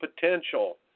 potential